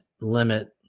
limit